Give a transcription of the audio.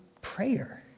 prayer